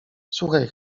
słuchaj